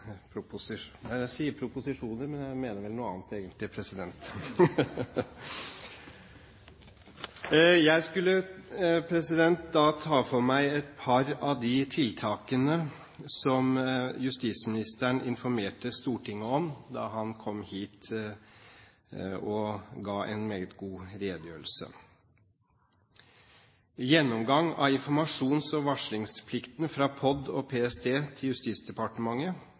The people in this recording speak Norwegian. men jeg mener vel egentlig noe annet, president! Jeg skulle ta for meg et par av de tiltakene som justisministeren informerte Stortinget om da han kom hit og ga en meget god redegjørelse: Gjennomgang av informasjons- og varslingsplikten fra POD og PST til Justisdepartementet